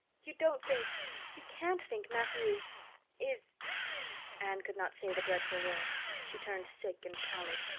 you don't think you can't think matthew is is anne could not say the dreadful word she turned sick and pallid.